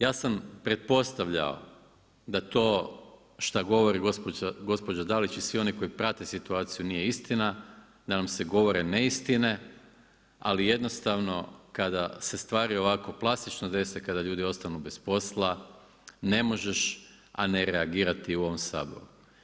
Ja sam pretpostavljao da to šta govori gospođa Dalić i svi oni koji prate situaciju nije istina, da nam se govore neistine, ali jednostavno kada se stvari ovako plastično dese, kada ljudi ostanu bez posla ne možeš, a ne reagirati u ovome Saboru.